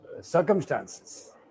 circumstances